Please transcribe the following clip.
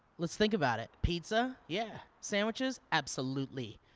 lets think about it. pizza, yeah. sandwiches, absolutely.